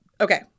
Okay